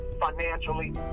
financially